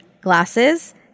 glasses